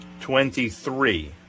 Twenty-three